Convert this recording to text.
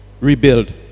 rebuild